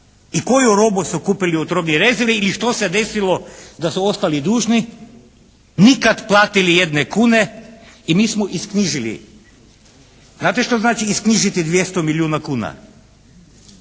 i koju robu su kupili od robnih rezervi? Ili što se desilo da su ostali dužni? Nikad platili niti jedne kune i mi smo isknjižili. Znate što znači isknjižiti 200 milijuna kuna?